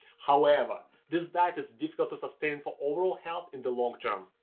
however, this diet is difficult to sustain for overall health in the long term.